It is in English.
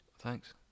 Thanks